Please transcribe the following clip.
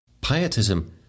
Pietism